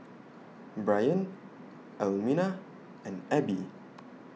Brion Almina and Abbie